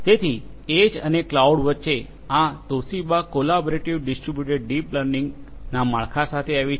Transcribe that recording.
તેથી એજ અને કલાઉડ વચ્ચે આ તોશીબા કોલાબેરાટીવ ડિસ્ટ્રિબ્યુટેડ ડીપ લર્નિંગના માળખા સાથે આવી છે